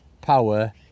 Power